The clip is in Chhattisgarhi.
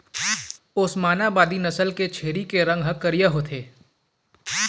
ओस्मानाबादी नसल के छेरी के रंग ह करिया होथे